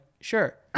sure